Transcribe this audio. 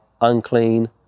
unclean